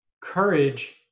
Courage